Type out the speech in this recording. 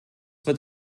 wird